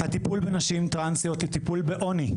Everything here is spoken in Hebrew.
הטיפול בנשים טרנסיות הוא טיפול בעוני,